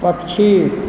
पक्षी